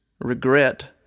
regret